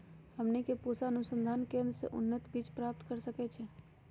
हमनी के पूसा अनुसंधान केंद्र से उन्नत बीज प्राप्त कर सकैछे?